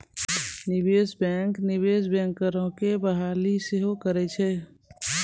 निवेशे बैंक, निवेश बैंकरो के बहाली सेहो करै छै